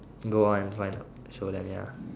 go on try to show them ya